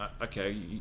okay